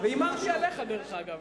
והימרתי עליך, דרך אגב.